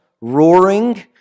roaring